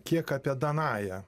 kiek apie danają